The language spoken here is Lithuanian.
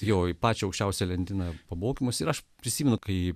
jo į pačią aukščiausią lentyną pamokymus aš prisimenu kai